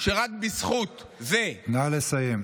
שרק בזכות זה, נא לסיים.